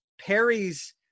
Perry's